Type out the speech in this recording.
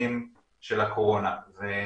ואני